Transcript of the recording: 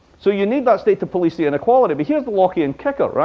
so you need that state to police the inequality. but here's the lockean and kicker.